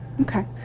okay.